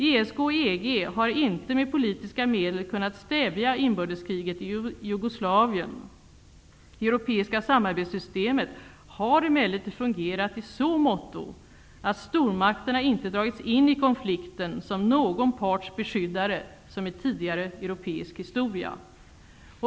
ESK och EG har inte med politiska medel kunnat stävja inbördeskriget i Jugoslavien. Det europeiska samarbetssystemet har emellertid fungerat i så måtto att stormakterna inte dragits in i konflikten som någon parts beskyddare, som i tidigare europeisk historia.